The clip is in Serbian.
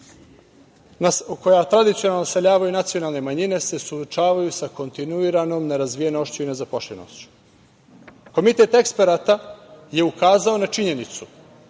koja tradicionalno naseljavaju nacionalne manjine se suočavaju sa kontinuiranom nerazvijenošću i nezaposlenošću. Komitet eksperata je ukazao na činjenicu